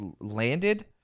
landed